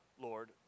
Lord